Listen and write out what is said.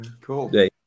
Cool